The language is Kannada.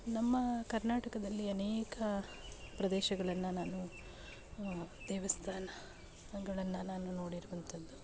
ನಮ್ಮ ಕರ್ನಾಟಕದಲ್ಲಿ ಅನೇಕ ಪ್ರದೇಶಗಳನ್ನು ನಾನು ದೇವಸ್ಥಾನಗಳನ್ನ ನಾನು ನೋಡಿರುವಂಥದ್ದು